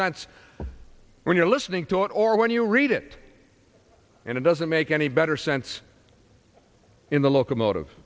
sense when you're listening to it or when you read it and it doesn't make any better sense in the locomotive